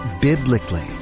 biblically